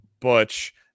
Butch